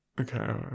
Okay